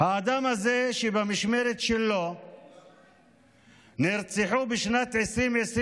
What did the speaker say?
האדם הזה שבמשמרת שלו נרצחו בשנת 2023